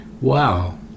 wow